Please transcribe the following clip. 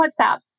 whatsapp